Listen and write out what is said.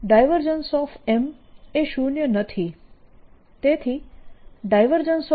M એ શૂન્ય નથી તેથી